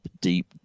deep